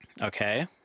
Okay